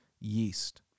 yeast